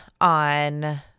on